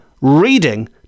reading